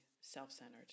self-centered